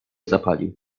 zapalił